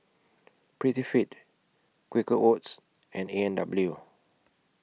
Prettyfit Quaker Oats and A and W